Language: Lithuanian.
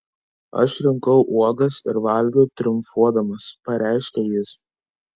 aš rinkau uogas ir valgiau triumfuodamas pareiškė jis